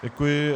Děkuji.